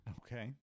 Okay